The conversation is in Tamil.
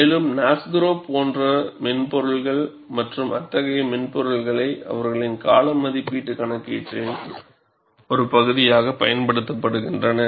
மேலும் NASGRO போன்ற மென்பொருள்கள் மற்றும் அத்தகைய மென்பொருள்களை அவர்களின் கால மதிப்பீட்டு கணக்கீட்டின் ஒரு பகுதியாகப் பயன்படுத்துகின்றன